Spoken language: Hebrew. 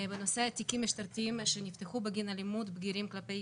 בנושא תיקים שנתיים שנפתחו בגין אלימות בגירים כלפי